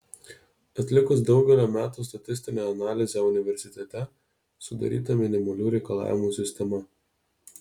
atlikus daugelio metų statistinę analizę universitete sudaryta minimalių reikalavimų sistema